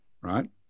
right